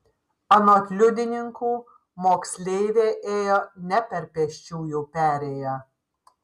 anot liudininkų moksleivė ėjo ne per pėsčiųjų perėją